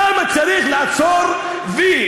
למה צריך לעשות "וי",